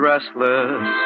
Restless